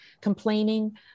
Complaining